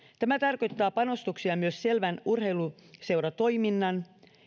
tämä tarkoittaa panostuksia selvän urheiluseuratoiminnan